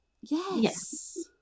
Yes